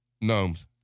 Gnomes